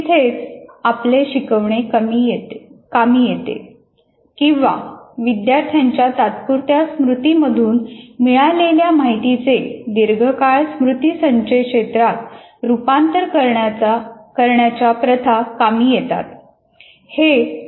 तिथेच आपले शिकवणे कामी येते किंवा विद्यार्थ्यांच्या तात्पुरत्या स्मृती मधून मिळालेल्या माहितीचे दीर्घकाळ स्मृती संचय क्षेत्रात रूपांतर करण्याच्या प्रथा कामी येतात